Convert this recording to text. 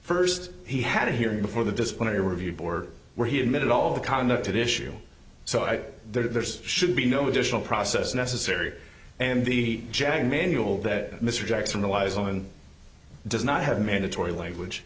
first he had a hearing before the disciplinary review board where he admitted all the conduct an issue so i there's should be no additional process necessary and the jag manual that mr jackson the lies on does not have mandatory language